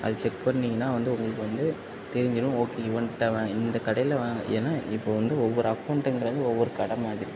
அது செக் பண்ணீங்கன்னா வந்து உங்களுக்கு வந்து தெரிஞ்சிரும் ஓகே இவன்கிட்ட இவன் இந்த கடையில இவன் ஏன்னா இப்போ வந்து ஒவ்வொரு அக்கவுண்டுங்குறது ஒவ்வொரு கடை மாதிரி